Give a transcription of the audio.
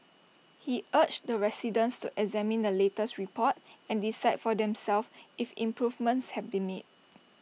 he urged residents to examine the latest report and decide for themselves if improvements have been made